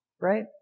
right